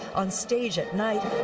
on stage at night.